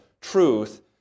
truth